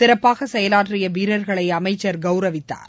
சிறப்பாக செயலாற்றிய வீரர்களை அமைச்சர் கௌரவித்தார்